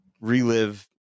relive